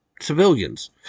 civilians